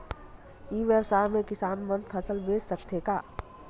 ई व्यवसाय म किसान मन फसल बेच सकथे का?